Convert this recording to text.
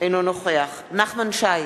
אינו נוכח נחמן שי,